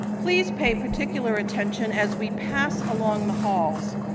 please pay particular attention as we pass along the halls.